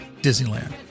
Disneyland